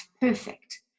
perfect